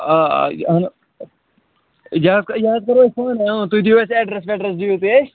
آ آ اہَن یہِ حظ یہِ حظ کَرَو أسۍ پانٕے تُہۍ دِیُو اَسہِ اٮ۪ڈرَس وٮ۪ڈرَس دِیُو تُہۍ اَسہِ